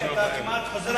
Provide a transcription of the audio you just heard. הלך.